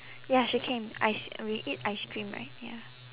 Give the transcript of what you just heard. ya she came ice we eat ice cream right ya